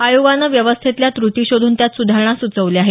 आयोगानं व्यवस्थेतल्या त्रटी शोधून त्यात सुधारणा सुचवल्या आहेत